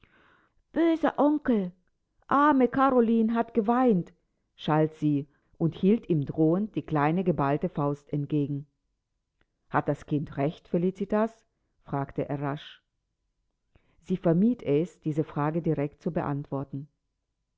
böser onkel arme karoline hat geweint schalt sie und hielt ihm drohend die kleine geballte faust entgegen hat das kind recht felicitas fragte er rasch sie vermied es diese frage direkt zu beantworten